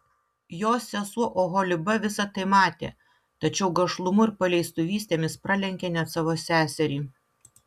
jos sesuo oholiba visa tai matė tačiau gašlumu ir paleistuvystėmis pralenkė net savo seserį